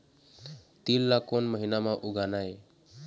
तील ला कोन महीना म उगाना ये?